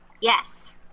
Yes